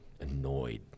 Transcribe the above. annoyed